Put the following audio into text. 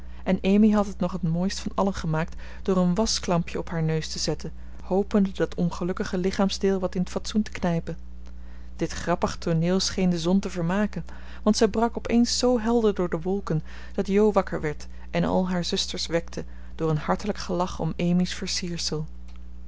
en amy had het nog t mooist van allen gemaakt door een waschklampje op haar neus te zetten hopende dat ongelukkige lichaamsdeel wat in t fatsoen te knijpen dit grappig tooneel scheen de zon te vermaken want zij brak op eens zoo helder door de wolken dat jo wakker werd en al haar zusters wekte door een hartelijk gelach om